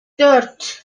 dört